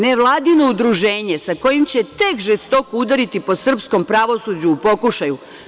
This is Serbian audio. Nevladino udruženje, sa kojim će tek žestoko udariti po srpskom pravosuđu u pokušaju.